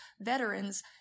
veterans